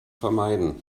vermeiden